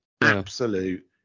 Absolute